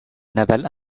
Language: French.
navale